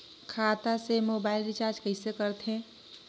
खाता से mobile recharge कइसे करथे